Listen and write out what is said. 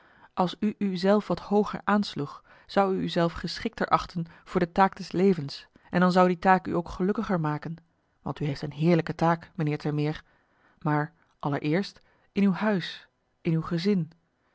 als u u zelf wat hooger aansloeg zou u u zelf geschikter achten voor de taak des levens en dan zou die taak u ook gelukkiger maken want u heeft een heerlijke taak meneer termeer maar allereerst in uw huis in uw gezin